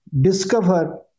discover